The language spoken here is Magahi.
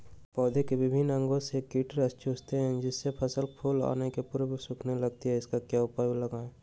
पौधे के विभिन्न अंगों से कीट रस चूसते हैं जिससे फसल फूल आने के पूर्व सूखने लगती है इसका क्या उपाय लगाएं?